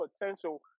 potential